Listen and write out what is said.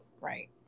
right